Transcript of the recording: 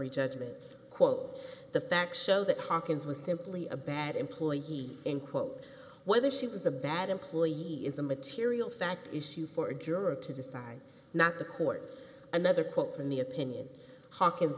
summary judgment quote the facts show that hawkins was simply a bad employee he in quote whether she was a bad employee is a material fact issue for a juror to decide not the court another quote in the opinion hawkins